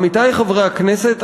עמיתי חברי הכנסת,